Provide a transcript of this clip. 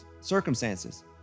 circumstances